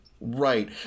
Right